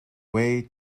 way